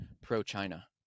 pro-China